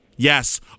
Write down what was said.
Yes